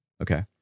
okay